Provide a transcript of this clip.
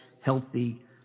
healthy